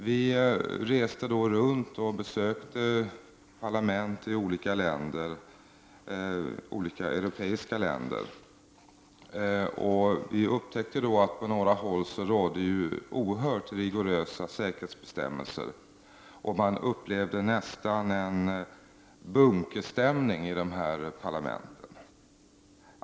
Vi som ingick i kommittén reste runt och besökte parlament i olika europeiska länder. Vi upptäckte då att det på några håll rådde oerhört rigorösa säkerhetsbestämmelser, och vi upplevde nästan en bunkerstämning i dessa parlament.